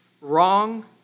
wrong